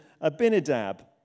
Abinadab